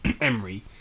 Emery